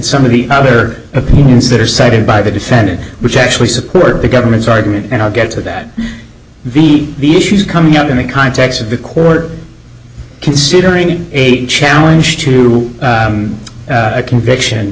some of the outer opinions that are cited by the defendant which actually support the government's argument and i'll get to that the issues coming out in the context of the court considering a challenge to a conviction